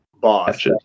Boss